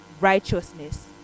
righteousness